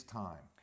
time